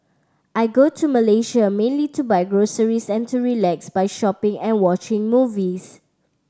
I go to Malaysia mainly to buy groceries and to relax by shopping and watching movies